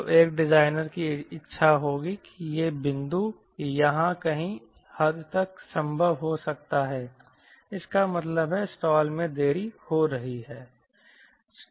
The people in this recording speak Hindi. तो एक डिजाइनर की इच्छा होगी कि यह बिंदु यहां कहीं हद तक संभव हो सकता है इसका मतलब है स्टाल में देरी हो रही है